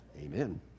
amen